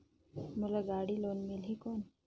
मोला गाड़ी लोन मिलही कौन?